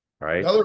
Right